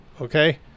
okay